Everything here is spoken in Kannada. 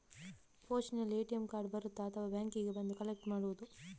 ಪೋಸ್ಟಿನಲ್ಲಿ ಎ.ಟಿ.ಎಂ ಕಾರ್ಡ್ ಬರುತ್ತಾ ಅಥವಾ ಬ್ಯಾಂಕಿಗೆ ಬಂದು ಕಲೆಕ್ಟ್ ಮಾಡುವುದು?